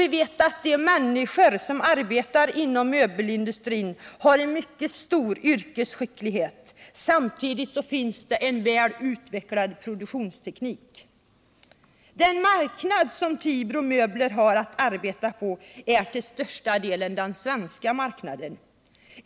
Vi vet att de människor som arbetar inom möbelindustrin har en mycket stor yrkesskicklighet, samtidigt som det finns en utvecklad produktionsteknik. Den marknad som Tibro Möbler har att arbeta på är till största del den svenska marknaden.